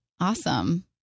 Awesome